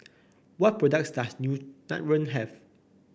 what products does Nutren have